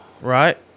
right